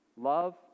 Love